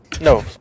No